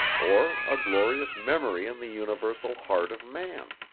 or a glorious memory in the universal heart of man